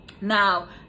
Now